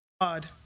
God